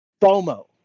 FOMO